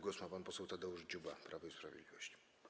Głos ma pan poseł Tadeusz Dziuba, Prawo i Sprawiedliwość.